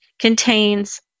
contains